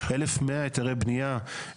1,100 היתרי בנייה,